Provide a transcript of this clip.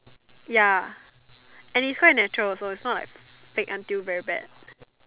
ya and is quite natural also is not like fake until very bad